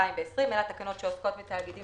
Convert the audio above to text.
התשפ"א-2020 אלה התקנות שעוסקות בתאגידים